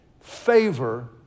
favor